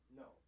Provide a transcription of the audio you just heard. no